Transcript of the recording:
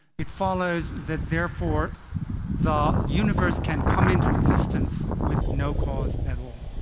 it follows that therefore the universe can come into existence with no cause at all.